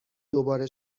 دوباره